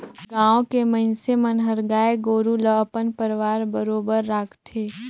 गाँव के मइनसे मन हर गाय गोरु ल अपन परवार बरोबर राखथे